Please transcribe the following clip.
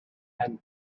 and